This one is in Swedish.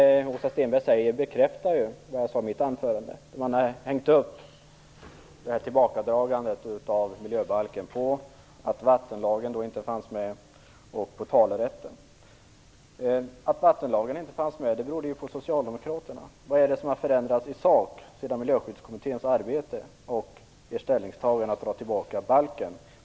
Det som Åsa Stenberg sade bekräftar det som jag sade i mitt anförande. Man har hängt upp tillbakadragandet av miljöbalken på att vattenlagen inte fanns med och på talerätten. Att vattenlagen inte fanns med berodde ju på socialdemokraterna. Vad är det som har förändrats i sak sedan Miljöskyddskommittén blev klar med sitt arbete och sedan ert ställningstagande att dra tillbaka miljöbalken?